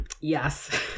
Yes